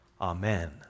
Amen